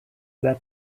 that